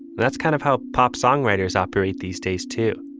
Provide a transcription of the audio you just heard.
that's kind of how pop songwriters operate these days to.